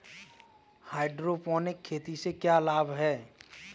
Hydroponic खेती से क्या लाभ हैं?